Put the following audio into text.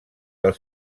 del